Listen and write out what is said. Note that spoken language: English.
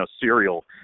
serial